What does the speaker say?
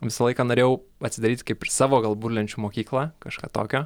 visą laiką norėjau atsidaryti kaip ir savo gal burlenčių mokyklą kažką tokio